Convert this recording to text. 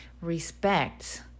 respect